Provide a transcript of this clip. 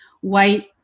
white